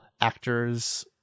actors